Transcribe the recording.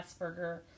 asperger